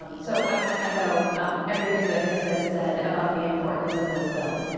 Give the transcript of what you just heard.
um so i want to echo everything that has been said about the importance of this bill.